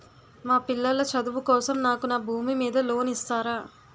మా పిల్లల చదువు కోసం నాకు నా భూమి మీద లోన్ ఇస్తారా?